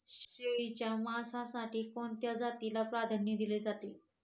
शेळीच्या मांसासाठी कोणत्या जातीला प्राधान्य दिले जाते?